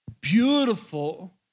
beautiful